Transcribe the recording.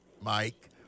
mike